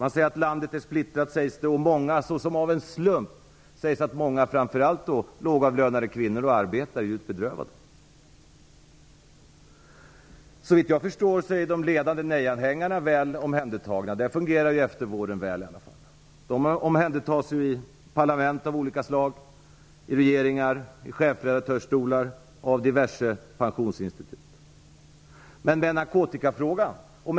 Det sägs att landet är splittrat och, såsom av en slump, att många, framför allt arbetare och lågavlönade kvinnor, är djupt bedrövade. Såvitt jag förstår är de ledande nej-anhängarna väl omhändertagna. Där fungerar eftervården väl. De omhändertas i parlament av olika slag, i regeringar, i chefredaktörsstolar och av diverse pensionsinstitut. Men när det gäller narkotikafrågan är det annorlunda.